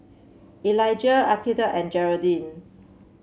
Elijah Akeelah and Gearldine